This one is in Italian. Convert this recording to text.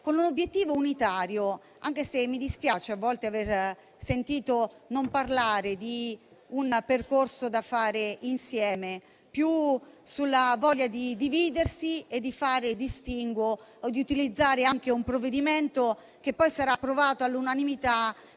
con un obiettivo unitario, anche se mi dispiace a volte non sentir parlare di un percorso da fare insieme, ma vedere la voglia di dividersi e di fare distinguo o utilizzare anche un provvedimento che poi sarà approvato all'unanimità